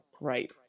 Right